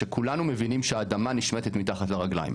שכולנו מבינים שהאדמה נשמטת מתחת לרגליים,